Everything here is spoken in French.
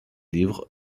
livres